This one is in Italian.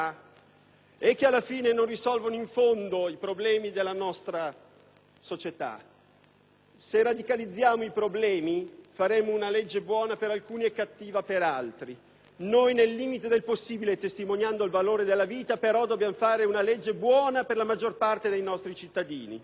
e che, alla fine, non risolvono in fondo i problemi della nostra società. *(Applausi del senatore Astore).* Se radicalizziamo i problemi faremo una legge buona per alcuni e cattiva per altri. Noi, nel limite del possibile, testimoniando il valore della vita, dobbiamo varare una legge buona per la maggior parte dei nostri cittadini.